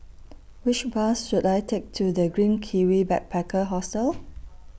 Which Bus should I Take to The Green Kiwi Backpacker Hostel